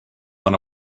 went